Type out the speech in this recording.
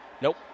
Nope